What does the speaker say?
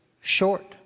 short